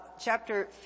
chapter